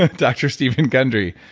ah dr. steven gundry.